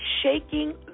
shaking